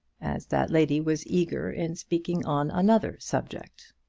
as that lady was eager in speaking on another subject.